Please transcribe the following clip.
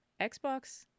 Xbox